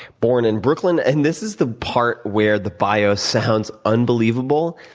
born in brooklyn, and this is the part where the bio sounds unbelievable,